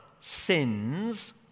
sins